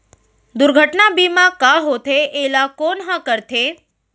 दुर्घटना बीमा का होथे, एला कोन ह करथे?